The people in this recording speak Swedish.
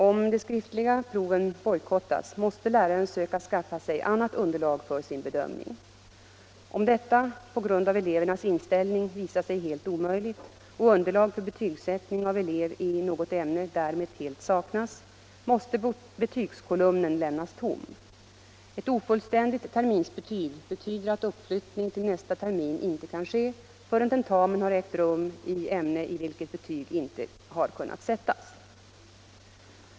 Om de skriftliga proven bojkottas måste läraren söka skaffa sig annat underlag för sin bedömning. Om detta på grund av elevernas inställning visar sig helt omöjligt och underlag för betygsättning av elev i något ämne därmed helt saknas måste betygskolumnen lämnas tom. Ett ofullständigt terminsbetyg betyder att uppflyttning till nästa termin inte kan ske förrän tentamen har ägt rum i ämne i vilket betyg inte har kunnat sättas.